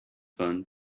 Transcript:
fund